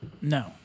No